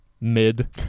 Mid